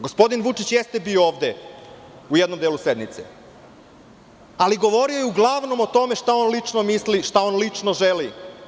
Gospodin Vučić je bio ovde u jednom delu sednice, ali uglavnom je govorio o tome šta on lično misli, šta on lično želi.